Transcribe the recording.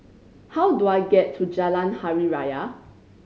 how do I get to Jalan Hari Raya